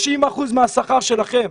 30% מהשכר שלכם,